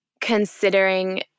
considering